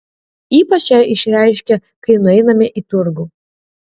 ypač ją išreiškia kai nueiname į turgų